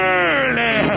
early